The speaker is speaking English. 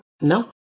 No